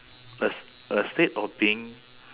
a s~ a statue of being